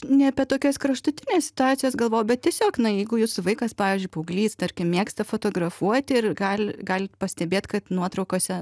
ne apie tokias kraštutines situacijas galvoju bet tiesiog na jeigu jūsų vaikas pavyzdžiui paauglys tarkim mėgsta fotografuoti ir gali galit pastebėt kad nuotraukose